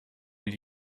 gli